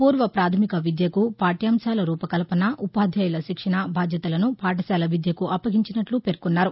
పూర్వ పాథమిక విద్యకు పాఠ్యాంశాల రూపకల్పన ఉపాధ్యాయుల శిక్షణ బాధ్యతలను పాఠశాల విద్యకు అప్పగించినట్లు పేర్కొన్నారు